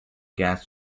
gas